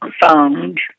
found